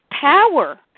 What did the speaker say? power